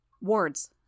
Wards